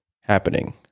happening